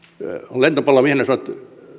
on lentopallomiehenä sanottava että